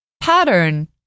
Pattern